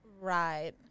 Right